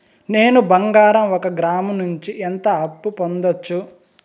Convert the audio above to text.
నేను బంగారం ఒక గ్రాము నుంచి ఎంత అప్పు పొందొచ్చు